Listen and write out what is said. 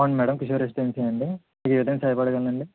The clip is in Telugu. అవును మ్యాడమ్ కిషోర్ రెసిడెన్సి అండి మీకు ఏ విధంగా సహాయ పడగలను అండి